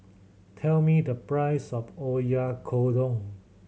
tell me the price of Oyakodon